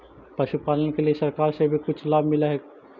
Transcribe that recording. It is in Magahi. पशुपालन के लिए सरकार से भी कुछ लाभ मिलै हई?